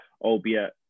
albeit